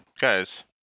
guys